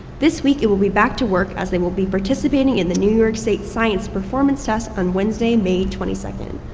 this week it will be back to work as they will be participating in the new york state science performance test on wednesday may twenty second.